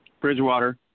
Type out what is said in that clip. Bridgewater